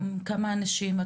כמה אנשים?